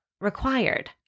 required